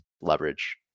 leverage